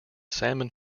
salmon